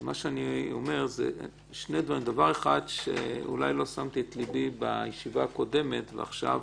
אני אומר שני דברים: ראשית אולי לא שמתי את ליבי בישיבה הקודמת ועכשיו